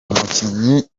umukinnyi